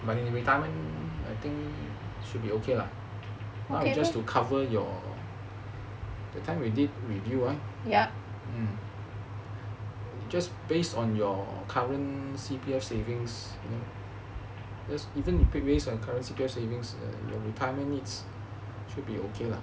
but the retirement I think should be okay lah now you just to cover your that time we did review right it just based on your current C_P_F savings because even pick based on current C_P_F savings or your retirement needs should be okay lah